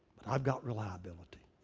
i've got reliability,